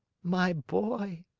my boy,